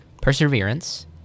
Perseverance